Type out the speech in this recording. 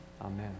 amen